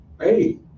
Hey